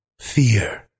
fear